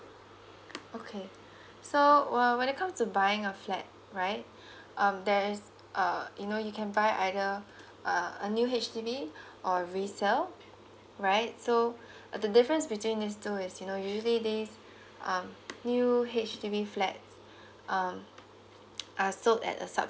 okay so uh when it comes to buying a flat right um there's uh you know you can buy either uh a new H_D_B or resell right so the difference between this two is you know usually these um new H_D_B flat um uh so that a